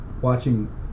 watching